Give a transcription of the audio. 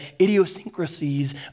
idiosyncrasies